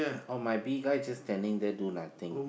oh my bee guy just standing there do nothing